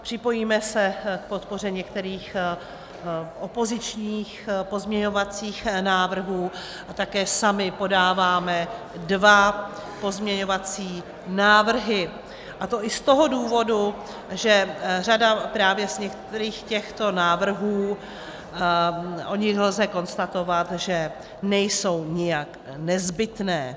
Připojíme se k podpoře některých opozičních pozměňovacích návrhů a také sami podáváme dva pozměňovací návrhy, a to i z toho důvodu, že o řadě právě těchto návrhů lze konstatovat, že nejsou nějak nezbytné.